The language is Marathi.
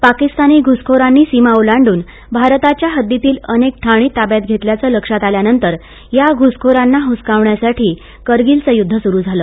पाकिस्तानी घुसखोरांनी सीमा ओलांडून भारताच्या हद्दीतील अनेक ठाणी ताब्यात षेतल्याचं लक्षात आल्यानंतर या घुसखोरांना ह्वसकावण्यासाठी करगिलचं युद्ध सुरू झालं